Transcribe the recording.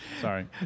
sorry